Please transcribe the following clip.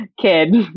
kid